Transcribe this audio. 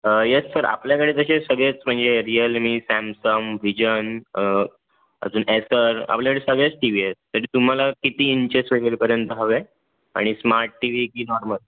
yes sir आपल्याकडे तसे सगळेच म्हणजे रिअल मी सॅमसम व्हिजन अजून एसर आपल्याकडे सगळेच टी वी आहेत तर तुम्हाला किती इंचेस वगैरेपर्यंत हवे आणि स्मार्ट टी वी की नॉर्मल